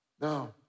No